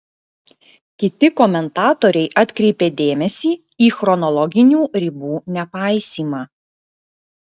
kiti komentatoriai atkreipė dėmesį į chronologinių ribų nepaisymą